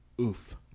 oof